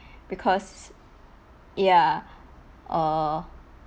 because ya err